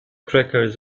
crackers